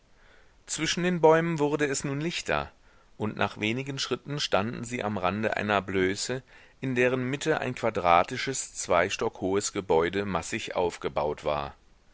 zwischen den bäumen wurde es nun lichter und nach wenigen schritten standen sie am rande einer blöße in deren mitte ein quadratisches zwei stock hohes gebäude massig aufgebaut war